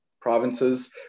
provinces